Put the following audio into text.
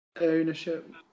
ownership